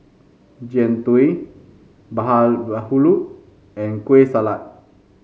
Jian Dui and Kueh Salat